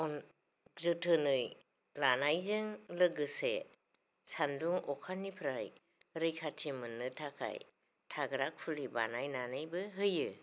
अन जोथोनै लानायजों लोगोसे सान्दुं अखानिफ्राय रैखाथि मोननो थाखाय थाग्राखुलि बानायनानैबो होयो